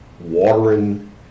watering